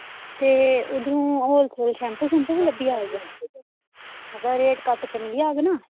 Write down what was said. ते उद्धरूं wholesale shampoo शुम्पू बी लब्भी जाह्ग मतलब रेट घट्ट र मिली जाह्ग न